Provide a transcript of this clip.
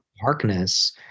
darkness